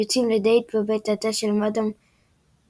יוצאים לדייט בבית התה של מאדאם פודיפוט,